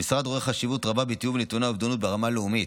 המשרד רואה חשיבות רבה בתיאום נתוני האובדנות ברמה הלאומית.